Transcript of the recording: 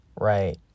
right